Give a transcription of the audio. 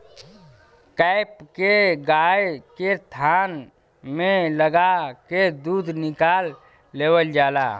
cap के गाय के थान में लगा के दूध निकाल लेवल जाला